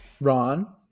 Ron